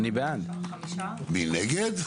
מי נגד?